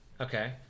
okay